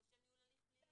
או ניהול הליך פלילי.